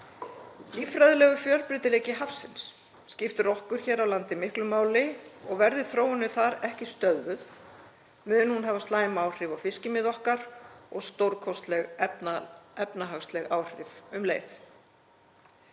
Líffræðilegur fjölbreytileiki hafsins skiptir okkur hér á landi miklu máli og verði þróunin þar ekki stöðvuð mun hún hafa slæm áhrif á fiskimið okkar og stórkostleg efnahagsleg áhrif um leið.